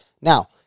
Now